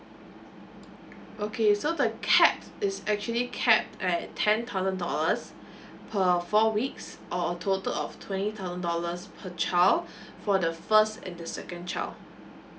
okay so the cap is actually cap at ten thousand dollars per four weeks or a total of twenty thousand dollars per child for the first and the second child